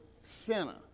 center